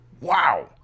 wow